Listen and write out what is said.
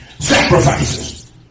Sacrifices